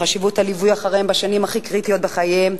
חשיבות הליווי אחריהם בשנים הכי קריטיות בחייהם,